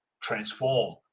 transform